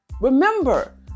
Remember